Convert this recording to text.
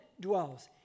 dwells